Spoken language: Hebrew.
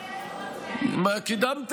קידמנו,